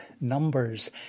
Numbers